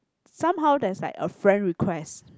somehow there is like a friend requests